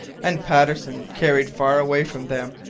and patterson carried far away from them,